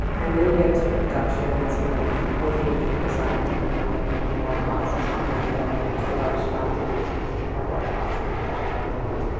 and then you get into production, and that's when you're working with your design team and they're making white boxes for gameplay. and then it's the artist's job to take that white box and flesh out the world.